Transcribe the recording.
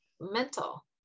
mental